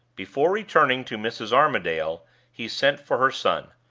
before returning to mrs. armadale he sent for her son.